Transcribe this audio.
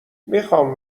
میخام